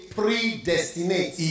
predestinate